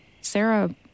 Sarah